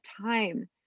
time